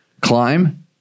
Climb